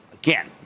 Again